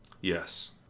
Yes